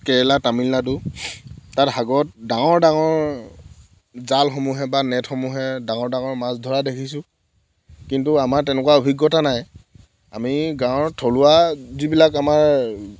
কেৰেলা তামিলনাডু তাত সাগৰত ডাঙৰ ডাঙৰ জালসমূহে বা নেট সমূহে ডাঙৰ ডাঙৰ মাছ ধৰা দেখিছোঁ কিন্তু আমাৰ তেনেকুৱা অভিজ্ঞতা নাই আমি গাঁৱৰ থলুৱা যিবিলাক আমাৰ